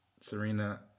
Serena